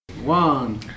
One